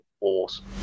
awesome